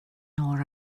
nor